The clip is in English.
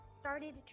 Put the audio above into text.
started